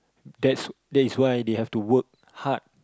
that's that is why they have to work hard